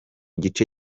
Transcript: gice